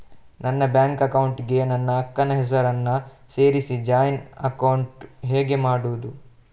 ನನ್ನ bank account ಗೆ ನನ್ನ ಅಕ್ಕ ನ ಹೆಸರನ್ನ ಸೇರಿಸಿ ಜಾಯಿನ್ ಅಕೌಂಟ್ ಹೇಗೆ ಮಾಡುದು?